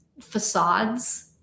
facades